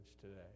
today